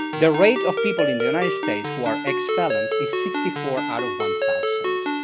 the rate of people in the united states who are ex-felons is sixty four out of one thousand.